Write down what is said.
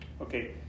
Okay